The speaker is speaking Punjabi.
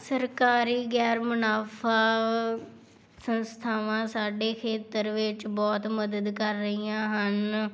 ਸਰਕਾਰੀ ਗੈਰ ਮੁਨਾਫ਼ਾ ਸੰਸਥਾਵਾਂ ਸਾਡੇ ਖੇਤਰ ਵਿੱਚ ਬਹੁਤ ਮਦਦ ਕਰ ਰਹੀਆਂ ਹਨ